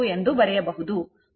ಕೋನ 0 ಕ್ಕೆ ಸಮಾನವಾಗಿರುತ್ತದೆ